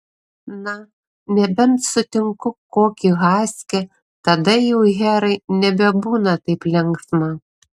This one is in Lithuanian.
na nebent sutinku kokį haskį tada jau herai nebebūna taip linksma